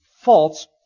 false